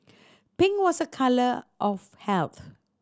pink was a colour of health